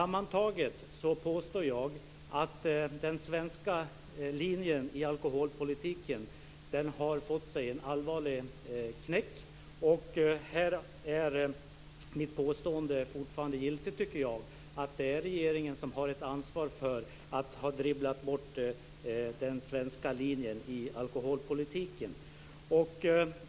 Jag påstår att den svenska linjen i alkoholpolitiken sammantaget har fått sig en allvarlig knäck. Jag tycker att mitt påstående att regeringen har ett ansvar för att man har dribblat bort den svenska linjen i alkoholpolitiken fortfarande är giltigt.